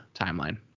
timeline